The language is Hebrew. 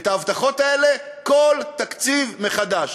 את ההבטחות האלה, כל תקציב מחדש.